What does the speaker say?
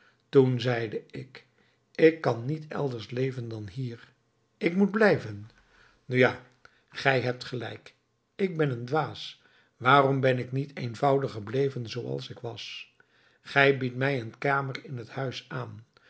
toen zeide ik ik kan niet elders leven dan hier ik moet blijven nu ja gij hebt gelijk ik ben een dwaas waarom ben ik niet eenvoudig gebleven zooals ik was gij biedt mij een kamer in het huis aan